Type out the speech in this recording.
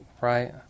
right